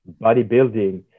bodybuilding